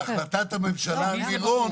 זה משהו שהאוצר ניסה לעשות בהחלטת הממשלה על מירון,